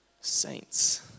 saints